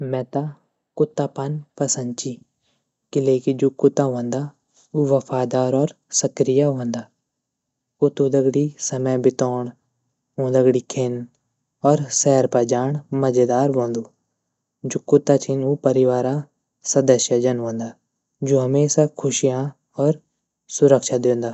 मेता कुत्ता पन पसंद ची क़िले की जू कुत्ता वंदा उ वफ़ादार और सक्रिय वंदा कूतू दगड़ी समय बीतोंण ऊँ दगड़ी खेन और सैर पर जाण मज़ेदार वंदु जू कुत्ता छीन उ परिवारा सदस्य जन वंदा जू हमेशा ख़ुशियाँ और सुरक्षा दयोंदा।